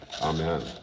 Amen